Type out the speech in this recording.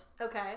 Okay